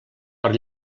per